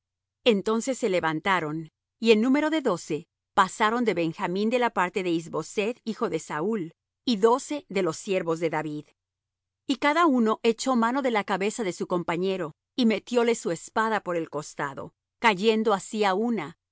entonces se levantaron y en número de doce pasaron de benjamín de la parte de is boseth hijo de saúl y doce de los siervos de david y cada uno echó mano de la cabeza de su compañero y metióle su espada por el costado cayendo así á una